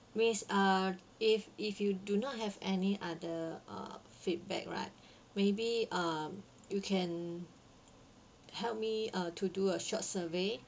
miss uh if if you do not have any other uh feedback right maybe uh you can help me uh to do a short survey